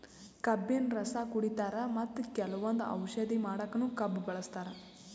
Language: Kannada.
ಕಬ್ಬಿನ್ ರಸ ಕುಡಿತಾರ್ ಮತ್ತ್ ಕೆಲವಂದ್ ಔಷಧಿ ಮಾಡಕ್ಕನು ಕಬ್ಬ್ ಬಳಸ್ತಾರ್